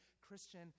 Christian